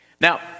Now